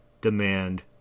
demand